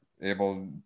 able